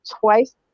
twice